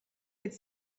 could